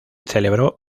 celebró